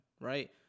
right